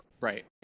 Right